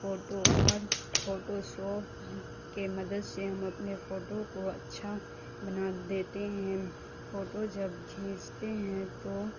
photo اور Photoshop کے مدد سے ہم اپنے فوٹو کو اچھا بنا دیتے ہیں فوٹو جب کھیچتے ہیں تو